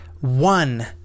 one